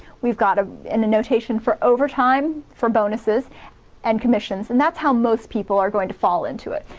we've got a and the notation for overtime for bonuses and commissions, and that's how most people are going to fall into it.